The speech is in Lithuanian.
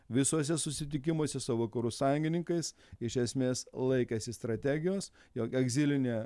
visuose susitikimuose su vakarų sąjungininkais iš esmės laikėsi strategijos jog egzilinė